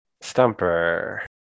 Stumper